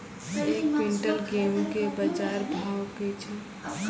एक क्विंटल गेहूँ के बाजार भाव की छ?